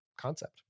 concept